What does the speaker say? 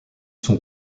sont